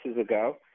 ago